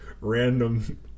Random